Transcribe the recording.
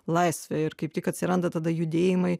laisvę ir kaip tik atsiranda tada judėjimai